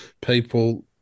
people